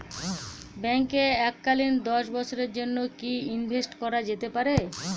ব্যাঙ্কে এককালীন দশ বছরের জন্য কি ইনভেস্ট করা যেতে পারে?